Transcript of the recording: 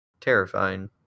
Terrifying